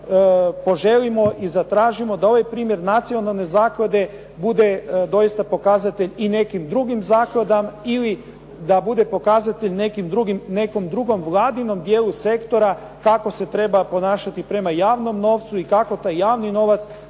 poželimo i zatražimo da ovaj primjer nacionalne zaklade bude doista pokazatelj i nekim drugim zakladama ili da bude pokazatelj nekom drugom vladinom dijelu sektora kako se treba ponašati prema javnom novcu i kako taj javni novac